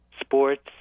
sports